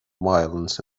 violence